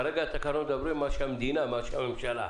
כרגע התקנות מדברות על המדינה, הממשלה.